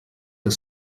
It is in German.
das